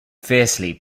fiercely